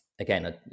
again